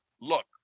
look